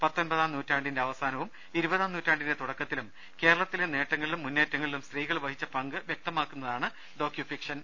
പത്തൊൻപതാം നൂറ്റാ ണ്ടിന്റെ അവസാനവും ഇരുപതാം നൂറ്റാണ്ടിന്റെ തുടക്കത്തിലും കേരള ത്തിലെ നേട്ടങ്ങളിലും മുന്നേറ്റങ്ങളിലും സ്ത്രീകൾ വഹിച്ച പങ്ക് വൃക്ത മാക്കുന്നതാണ് ഡോക്യുഫിക്ഷൻ